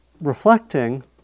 reflecting